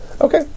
Okay